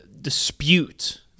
dispute